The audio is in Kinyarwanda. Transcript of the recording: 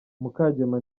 mukamugema